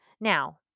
Now